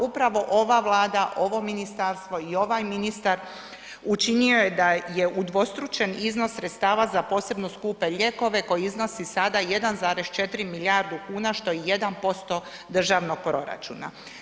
Upravo ova Vlada, ovo ministarstvo i ovaj ministar učinio je da je udvostručen iznos sredstava za posebno skupe lijekove koji iznosi sada 1,4 milijardu kuna, što je 1% državnog proračuna.